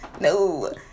No